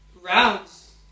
rounds